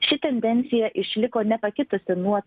ši tendencija išliko nepakitusi nuo